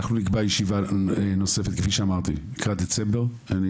אנחנו נקבע נוספת לקראת דצמבר, כפי שאמרתי.